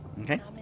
okay